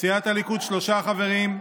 סיעת הליכוד, שלושה חברים,